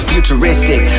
Futuristic